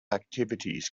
activities